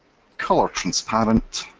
color transparent,